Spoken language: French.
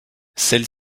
celle